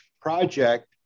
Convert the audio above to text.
project